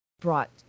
brought